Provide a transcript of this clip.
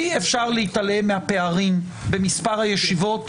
אי-אפשר להתעלם מהפערים במספר הישיבות,